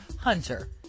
hunter